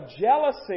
jealousy